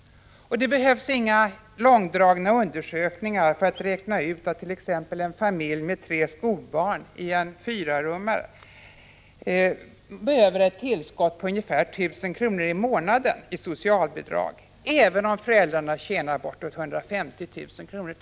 Det behövs inga långdragna undersökningar för att räkna ut att t.ex. en familj med tre skolbarn, bosatt i en fyrarummare, behöver ett tillskott på ungefär 1 000 kr. i månaden i socialbidrag, även om föräldrarna tillsammans tjänar bortåt 150 000 kr.